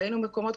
ראינו מקומות,